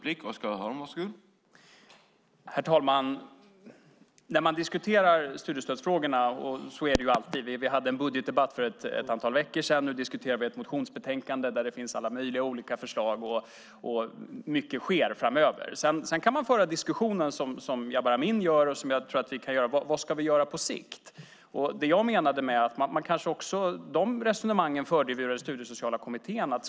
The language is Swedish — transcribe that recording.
Herr talman! När studiestödsfrågorna diskuteras är det alltid på samma sätt. För ett antal veckor sedan hade vi en budgetdebatt. Nu diskuterar vi ett motionsbetänkande med alla möjliga olika förslag. Mycket kommer att ske framöver. Man kan föra diskussionen så som Jabar Amin gör och som jag tror att också vi kan göra och fråga: Vad ska vi på sikt göra? I Studiesociala kommittén förde vi sådana resonemang.